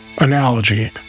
analogy